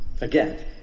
Again